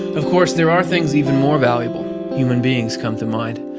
of course, there are things even more valuable human beings come to mind.